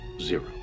Zero